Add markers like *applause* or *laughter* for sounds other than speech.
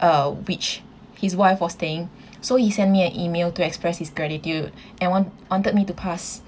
uh which his wife was staying so he sent me an email to express his gratitude *breath* and want~ wanted me to pass